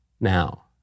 Now